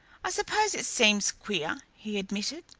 i suppose it seems queer, he admitted.